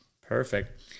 Perfect